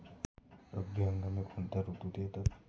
रब्बी हंगाम कोणत्या ऋतूत येतात?